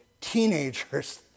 teenagers